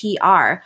PR